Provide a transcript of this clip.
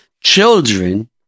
children